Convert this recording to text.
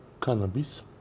cannabis